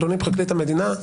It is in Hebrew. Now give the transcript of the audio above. אדוני פרקליט המדינה,